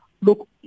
Look